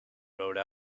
rode